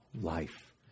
life